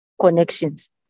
connections